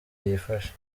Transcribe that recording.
yifashe